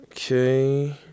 Okay